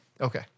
Okay